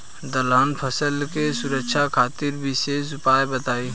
दलहन फसल के सुरक्षा खातिर विशेष उपाय बताई?